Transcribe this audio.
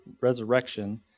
resurrection